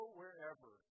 wherever